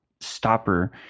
stopper